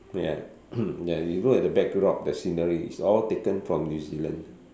ya ya you look at the backdrop at the scenery it's all taken from New Zealand